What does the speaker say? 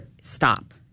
stop